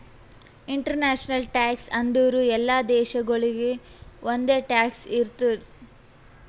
international tax ಅಂದುರ್ ಎಲ್ಲಾ ದೇಶಾಗೊಳಿಗ್ ಒಂದೆ ಟ್ಯಾಕ್ಸ್ ಇರ್ತುದ್